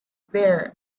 there